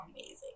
amazing